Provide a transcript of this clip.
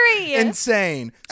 Insane